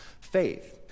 faith